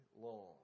long